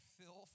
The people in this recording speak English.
filth